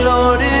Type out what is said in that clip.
Lord